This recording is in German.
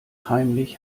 heimlich